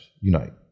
unite